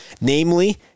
namely